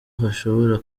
hashobora